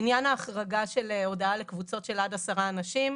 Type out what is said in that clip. לעניין ההחרגה של הודעה לקבוצות של עד עשרה אנשים.